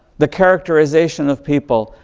the characterization of people,